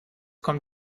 kommt